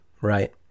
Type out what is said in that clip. right